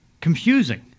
confusing